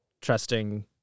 trusting